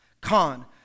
Con